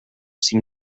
seem